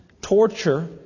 torture